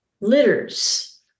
litters